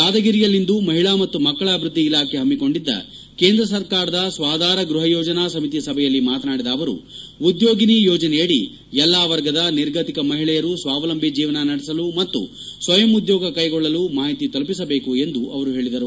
ಯಾದಗಿರಿಯಲ್ಲಿಂದು ಮಹಿಳಾ ಮತ್ತು ಮಕ್ಕಳ ಅಭಿವೃದ್ದಿ ಇಲಾಖೆ ಹಮ್ಮಿಕೊಂಡಿದ್ದ ಕೇಂದ್ರ ಸರ್ಕಾರದ ಸ್ನಾಧಾರ ಗ್ರಹ ಯೋಜನಾ ಸಮಿತಿ ಸಭೆಯಲ್ಲಿ ಮಾತನಾಡಿದ ಅವರು ಉದ್ಯೋಗಿನಿ ಯೋಜನೆಯಡಿ ಎಲ್ಲ ವರ್ಗದ ನಿರ್ಗತಿಕ ಮಹಿಳೆಯರು ಸ್ವಾವಲಂಬಿ ಜೀವನ ನಡೆಸಲು ಮತ್ತು ಸ್ವಯಂ ಉದ್ಕೋಗ ಕೈಗೊಳ್ಳಲು ಮಾಹಿತಿ ತಲುಪಿಸಬೇಕು ಎಂದು ಅವರು ಹೇಳಿದರು